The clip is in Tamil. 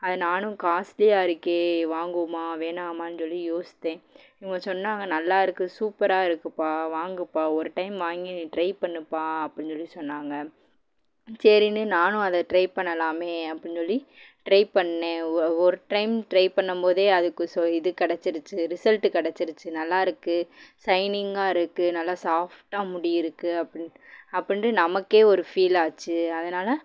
அது நானும் காஸ்ட்லியாக இருக்கே வாங்குவோமா வேணாமான்னு சொல்லி யோசித்தேன் இவங்க சொன்னாங்க நல்லா இருக்கு சூப்பராக இருக்குப்பா வாங்குப்பா ஒரு டைம் வாங்கி நீ ட்ரை பண்ணுப்பா அப்படின்னு சொல்லி சொன்னாங்க சரின்னு நானும் அதை ட்ரை பண்ணலாமே அப்படின்னு சொல்லி ட்ரை பண்ணேன் ஒ ஒரு டைம் ட்ரை பண்ணும் போதே அதுக்கு சொ இது கிடைச்சிருச்சு ரிசல்ட்டு கிடைச்சிருச்சு நல்லா இருக்கு சைனிங்காக இருக்கு நல்ல சாஃப்ட்டாக முடி இருக்கு அப்படின்ட்டு அப்படின்ட்டு நமக்கே ஒரு ஃபீல் ஆச்சு அதனால